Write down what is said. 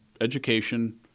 education